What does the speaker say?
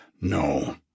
No